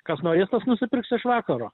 kas norės tas nusipirks iš vakaro